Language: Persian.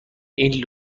این